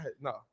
No